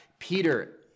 Peter